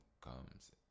comes